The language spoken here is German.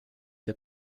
der